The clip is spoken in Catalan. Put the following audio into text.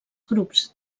grups